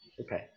Okay